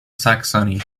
saxony